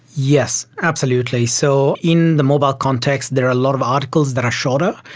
yes, absolutely. so in the mobile context there are a lot of articles that are shorter.